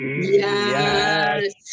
Yes